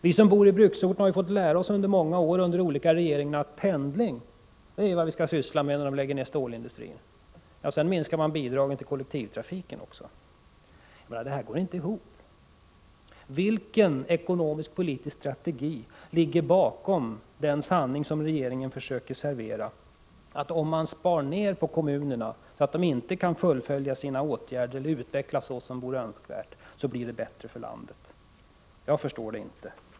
Vi som bor i bruksorterna har fått lära oss under många år, under olika regeringar, att pendling är vad vi skall syssla med när de lägger ner stålindustrin. Sedan minskar man bidragen till kollektivtrafiken också. Det här går inte ihop. Vilken ekonomisk-politisk strategi ligger bakom den sanning som regeringen försöker servera, att om man sparar på bidragen till kommunerna så att de inte kan fullfölja sina uppgifter eller utvecklas som det vore önskvärt blir det bättre för landet? Jag förstår det inte.